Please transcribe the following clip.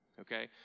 Okay